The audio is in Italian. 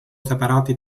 separati